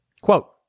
Quote